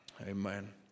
Amen